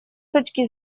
точки